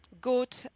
Good